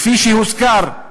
כפי שהוזכר לעיל,